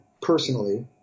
personally